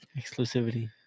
Exclusivity